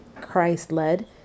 Christ-led